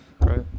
right